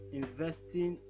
investing